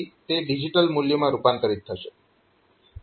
તેથી તે ડિજીટલ મૂલ્યમાં રૂપાંતરિત થશે